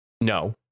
no